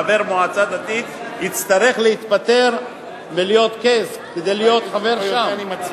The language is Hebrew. חבר מועצה דתית יצטרך להתפטר מלהיות קייס כדי להיות חבר שם.